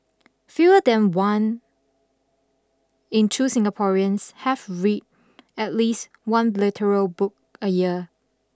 fewer than one in two Singaporeans have read at least one literal book a year